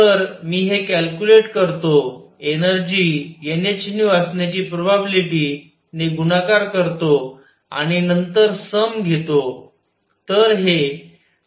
तर मी कॅल्कुलेट करतो एनर्जी nhν असण्याच्या प्रोबॅबिलिटी ने गुणाकार करतो आणि नंतर सम घेतो